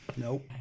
Nope